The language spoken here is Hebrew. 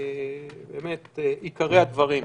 עיקרי הדברים.